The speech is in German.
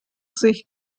sich